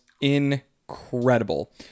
incredible